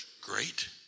great